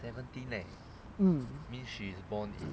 mm